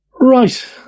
Right